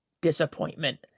disappointment